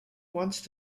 once